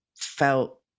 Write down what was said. felt